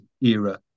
era